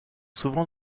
souvent